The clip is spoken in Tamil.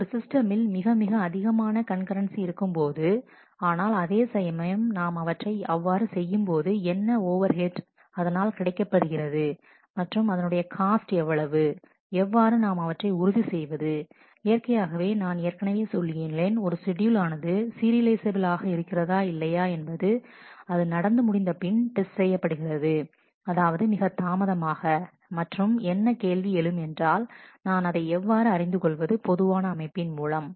ஒரு சிஸ்டமில் மிகமிக அதிகமான கண் கரன்சி இருக்கும்போது ஆனால் அதே சமயம் நாம் அவற்றை அவ்வாறு செய்யும்போது என்ன ஓவர் ஹெட் அதனால் கிடைக்கப்பெறுகிறது மற்றும் அதனுடைய காஸ்ட் எவ்வளவு எவ்வாறு நாம் அவற்றை உறுதி செய்வது இயற்கையாகவே நான் ஏற்கனவே சொல்லியுள்ளேன் ஒரு ஷெட்யூல் ஆனது சீரியலைசபில் ஆக இருக்கிறதா இல்லையா என்பது அது நடந்து முடிந்த பின் டெஸ்ட் செய்யப்படுகிறது அதாவது மிக தாமதமாக மற்றும் என்ன கேள்வி எழும் என்றால் நான் அதை எவ்வாறு அறிந்து கொள்வது பொதுவான அமைப்பின் மூலம்